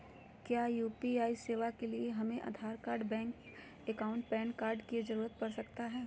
क्या यू.पी.आई सेवाएं के लिए हमें Aadhaar card bank account PAN card की जरूरत पड़ सकता है?